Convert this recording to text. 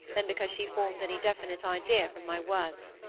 than because she formed any definite idea from my words.